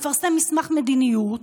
מפרסם מסמך מדיניות,